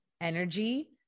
energy